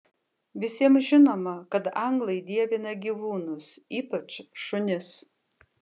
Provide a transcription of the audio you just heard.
visiems žinoma kad anglai dievina gyvūnus ypač šunis